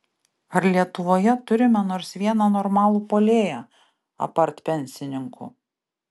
ar lietuvoje turime nors vieną normalų puolėją apart pensininkų